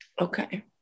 Okay